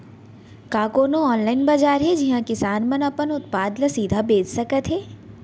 का कोनो अनलाइन बाजार हे जिहा किसान मन अपन उत्पाद ला सीधा बेच सकत हे?